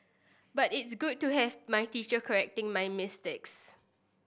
but it's good to have my teacher correcting my mistakes